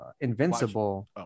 invincible